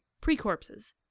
Pre-corpses